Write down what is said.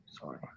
sorry